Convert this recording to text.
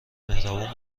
مهربون